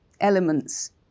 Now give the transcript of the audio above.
elements